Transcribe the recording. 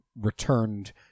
returned